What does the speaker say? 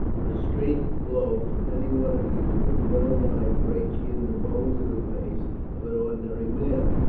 for a straight blow from any one of you would well nigh break in the bones of the face of an ordinary man,